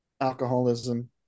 alcoholism